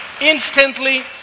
Instantly